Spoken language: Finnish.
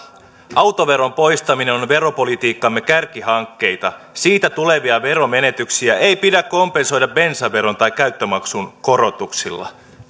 autoveron poistaminen on veropolitiikkamme kärkihankkeita siitä tulevia veromenetyksiä ei pidä kompensoida bensaveron tai käyttömaksun korotuksilla